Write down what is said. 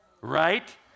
right